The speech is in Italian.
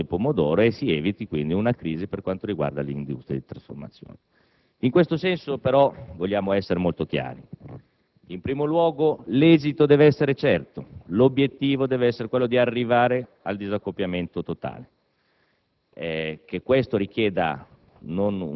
si eviti un abbandono della produzione del pomodoro e quindi una crisi dell'industria di trasformazione. Tuttavia, in questo senso vogliamo essere molto chiari; in primo luogo, l'esito deve essere certo. L'obiettivo deve essere quello di arrivare al disaccoppiamento totale,